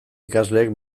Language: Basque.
ikasleek